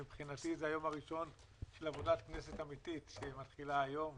מבחינתי זה היום הראשון של עבודת כנסת אמיתית שמתחילה היום.